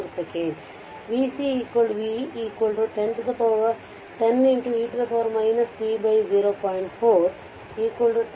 4 second ಆದ್ದರಿಂದ v c v 10 e t0